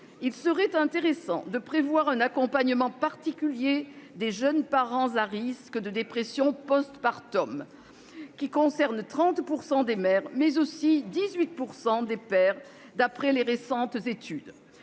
il serait intéressant de prévoir un accompagnement particulier des jeunes parents à risque de dépression post-partum : 30 % des mères sont concernées, mais aussi 18 % des pères d'après les récentes études.